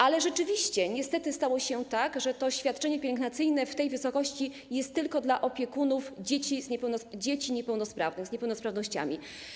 Ale rzeczywiście niestety stało się tak, że to świadczenie pielęgnacyjne w tej wysokości jest tylko dla opiekunów dzieci niepełnosprawnych, dzieci z niepełnosprawnościami.